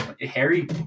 Harry